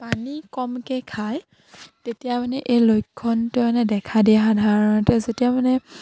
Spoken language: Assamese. পানী কমকে খায় তেতিয়া মানে এই লক্ষণটো মানে দেখা দিয়া সাধাৰণতে যেতিয়া মানে